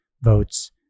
votes